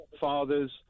fathers